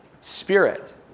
spirit